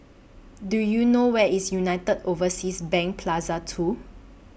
Do YOU know Where IS United Overseas Bank Plaza two